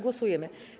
Głosujemy.